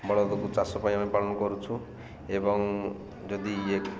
ବଳଦକୁ ଚାଷ ପାଇଁ ଆମେ ପାଳନ କରୁଛୁ ଏବଂ ଯଦି ଇଏ